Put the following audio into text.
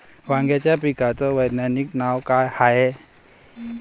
वांग्याच्या पिकाचं वैज्ञानिक नाव का हाये?